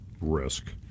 risk